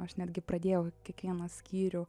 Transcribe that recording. aš netgi pradėjau kiekvieną skyrių